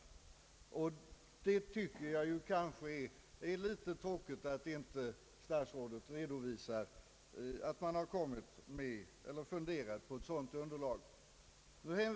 Jag tycker att det kanske är litet tokigt att statsrådet inte redovisar om man har funderat på ett sådant underlag.